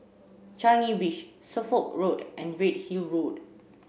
Changi Beach Suffolk Road and Redhill Road